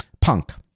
Punk